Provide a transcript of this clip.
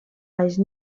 baix